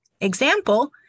Example